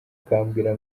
akambwira